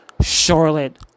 Charlotte